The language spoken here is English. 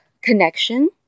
connection